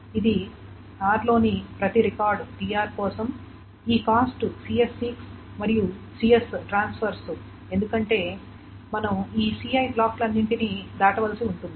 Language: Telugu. ఇది r లోని ప్రతి రికార్డ్ tr కోసం ఈ కాస్ట్ cs సీక్స్ మరియు cs ట్రాన్స్ఫర్స్ ఎందుకంటే మనం ఈ ci బ్లాకులన్నింటినీ దాటవలసి ఉంటుంది